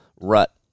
rut